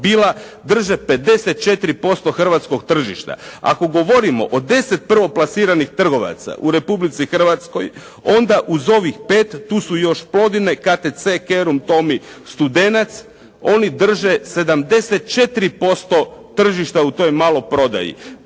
drže 54% hrvatskog tržišta. Ako govorimo o 10 prvo plasiranih trgovaca u Republici Hrvatskoj onda uz ovih pet tu su još „Plodine“, „KTC“, „Kerum“, „Tomi“, „Studenac“ oni drže 74% tržišta u toj maloprodaji.